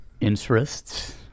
interests